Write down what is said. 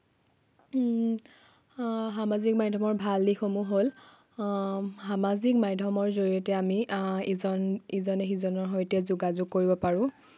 সামাজিক মাধ্যমৰ ভাল দিশসমূহ হ'ল সামাজিক মাধ্যমৰ জৰিয়তে আমি ইজন ইজনে সিজনৰ সৈতে যোগাযোগ কৰিব পাৰোঁ